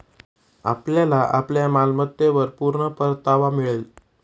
आपल्याला आपल्या मालमत्तेवर पूर्ण परतावा मिळेल